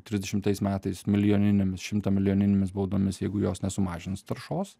trisdešimtais metais milijoninėmis šimtamilijoninėmis baudomis jeigu jos nesumažins taršos